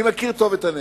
אני מכיר טוב את הנגב.